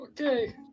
okay